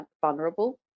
vulnerable